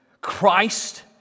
Christ